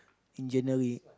in January